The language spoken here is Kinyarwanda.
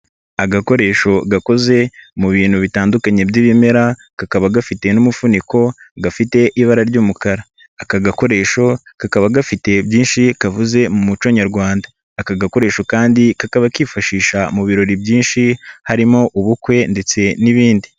Agakoresho gakoze mu bintu bitandukanye by'ibimera, kakaba gafite n'umufuniko, gafite ibara ry'umukara, aka gakoresho kakaba gafite byinshi kavuze mu muco nyarwanda, aka gakoresho kandi kakaba kifashishwa mu birori byinshi, harimo ubukwe ndetse n'ibindi.